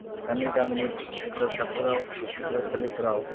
गामि गामिनि फरायसाफोराव फरायसालिफोराव